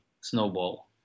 snowball